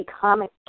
comic